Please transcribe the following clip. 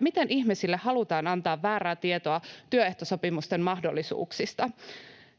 miten ihmisille halutaan antaa väärää tietoa työehtosopimusten mahdollisuuksista.